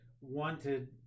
wanted